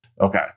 Okay